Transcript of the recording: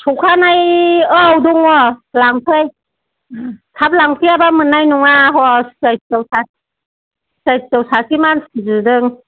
सौखाैनाय औ दङ लांफै उम थाब लांफैयाबा मोननाय नङा ह सि आइ टि आव सासे सि आइ टि आव सासे मानसि बिदों